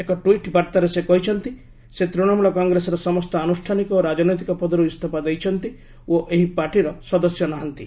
ଏକ ଟ୍ୱିଟ୍ ବାର୍ତ୍ତାରେ ସେ କହିଛନ୍ତି ସେ ତୃଣମୂଳ କଂଗ୍ରେସର ସମସ୍ତ ଆନୁଷ୍ଠାନିକ ଓ ରାଜନୈତିକ ପଦରୁ ଇସ୍ତଫା ଦେଇଛନ୍ତି ଓ ଏହି ପାର୍ଟିର ସଦସ୍ୟ ନାହାନ୍ତି